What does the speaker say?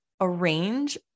arrange